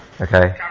Okay